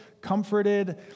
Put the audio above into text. comforted